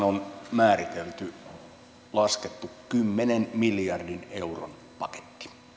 on määritelty laskettu kymmenen miljardin euron paketti